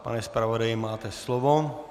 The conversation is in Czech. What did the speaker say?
Pane zpravodaji, máte slovo.